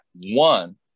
One